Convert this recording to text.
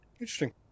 Interesting